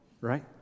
Right